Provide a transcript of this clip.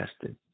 tested